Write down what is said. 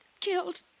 killed